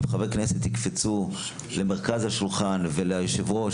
אם חברי כנסת יקפצו למרכז השולחן וליושב-ראש